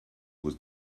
was